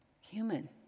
human